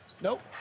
Nope